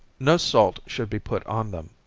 no salt should be put on them,